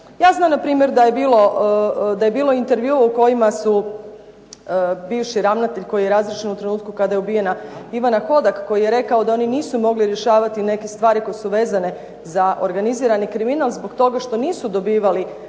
Ja znam na primjer da je bilo intervju u kojima su bivši ravnatelj koji je razriješen u trenutku kada je ubijena Ivana Hodak, koji je rekao da oni nisu mogli rješavati neke stvari koje su vezane za organizirani kriminal zbog toga što nisu dobivali